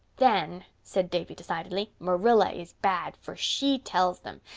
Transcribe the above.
then, said davy decidedly, marilla is bad, for she tells them.